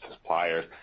suppliers